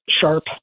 Sharp